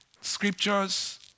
scriptures